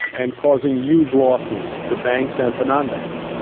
and causing huge losses to banks and to non-banks.